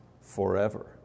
forever